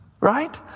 right